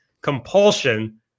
compulsion